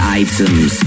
items